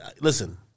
Listen